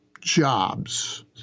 jobs